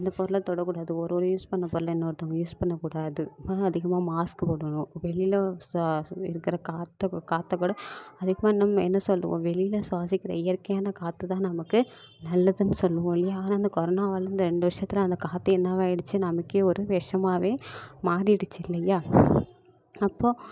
அந்த பொருளை தொடக்கூடாது ஒருவர் யூஸ் பண்ண பொருளை இன்னொருத்தவங்க யூஸ் பண்ணக்கூடாது அதனால அதிகமாக மாஸ்க் போடணும் வெளியில் இருக்கிற காற்றை காற்றைக் கூட அதுக்கு தான் நம்ம என்ன சொல்வோம் வெளியில் சுவாசிக்கிற இயற்கையான காற்று தான் நமக்கு நல்லதுன்னு சொல்வோம் இல்லையா ஆனால் இந்த கொரனாவால் இந்த ரெண்டு வருஷத்துல அந்த காற்றே என்னாவாகிடுச்சி நமக்கே ஒரு விஷமாவே மாறிடிச்சு இல்லையா அப்போது